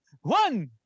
One